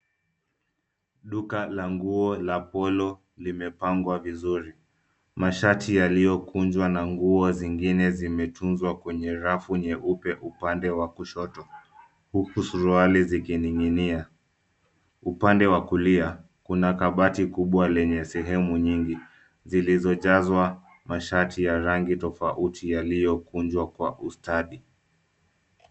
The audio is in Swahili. Duka la nguo la Polo limepangwa vizuri. Mashati yaliyokunjwa na nguo zingine zimetunzwa kwenye rafu nyeupe upande wa kushoto, huku suruali zikinining’inia. Upande wa kulia, kuna kabati kubwa lenye sehemu nyingi zilizojazwa mashati ya rangi tofauti yaliyokunjwa kwa ustadi.